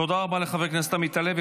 תודה רבה לחבר הכנסת עמית הלוי.